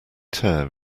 tear